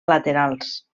laterals